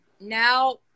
now